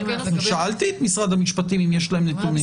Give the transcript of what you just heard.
שאלתי את משרד המשפטים אם יש להם נתונים.